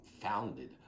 founded